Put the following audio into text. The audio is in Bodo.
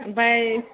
ओमफ्राय